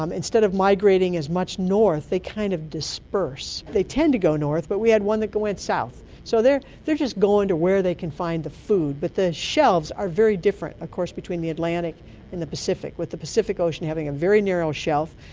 um instead of migrating as much north, they kind of disperse. they tend to go north but we had one that went south, so they're they're just going to where they can find the food. but the shelves are very different of course between the atlantic and the pacific, with the pacific ocean having a very narrow shelf,